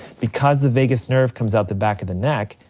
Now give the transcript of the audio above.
because the vagus nerve comes out the back of the neck,